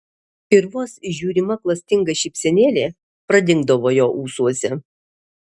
ir vos įžiūrima klastinga šypsenėlė pradingdavo jo ūsuose